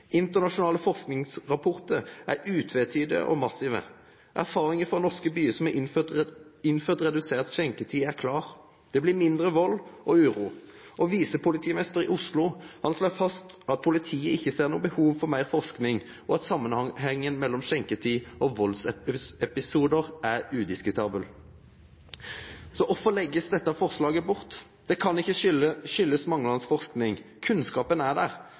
Internasjonale forskningsrapporter er utvetydige og massive. Erfaringer fra norske byer som har innført redusert skjenketid, viser klart: Det blir mindre vold og uro. Visepolitimesteren i Oslo slår fast at politiet ikke ser noe behov for mer forskning, og at sammenhengen mellom skjenketid og voldsepisoder er udiskutabel. Hvorfor legges dette forslaget bort? Det kan ikke skyldes manglende forskning. Kunnskapen er der.